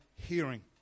hearing